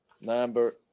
number